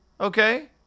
okay